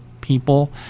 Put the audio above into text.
people